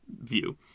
view